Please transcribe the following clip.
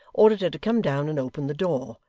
ordered her to come down and open the door,